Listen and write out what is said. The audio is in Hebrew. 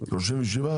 37?